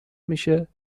میشه